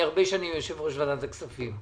אני הרבה שנים יושב-ראש ועדת הכספים,